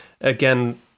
again